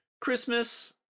Christmas